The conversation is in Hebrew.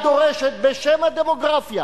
את דורשת בשם הדמוגרפיה